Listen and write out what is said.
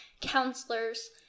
counselors